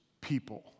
people